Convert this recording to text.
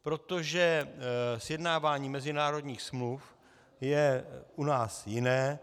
Protože sjednávání mezinárodních smluv je u nás jiné.